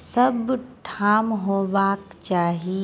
सभ ठाम होयबाक चाही